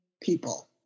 people